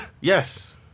Yes